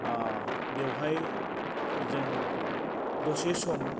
बेवहाय जों दसे सम